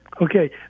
Okay